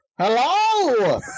Hello